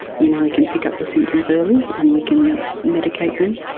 you know we can pick up the symptoms early and we can medicate them,